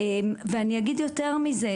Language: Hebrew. יותר מכך,